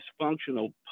dysfunctional